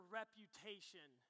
reputation